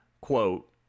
quote